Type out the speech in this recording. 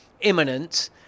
imminent